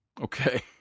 Okay